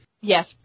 yes